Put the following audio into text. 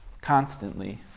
Constantly